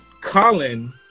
Colin